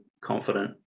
confident